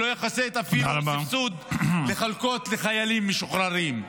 שלא יכסה אפילו את הסבסוד לחלקות לחיילים משוחררים.